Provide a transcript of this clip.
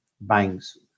Banks